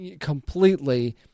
completely